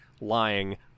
lying